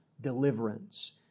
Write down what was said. deliverance